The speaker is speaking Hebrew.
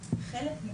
השרה.